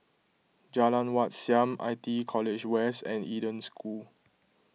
Jalan Wat Siam I T E College West and Eden School